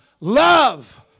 love